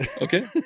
okay